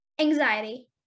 Anxiety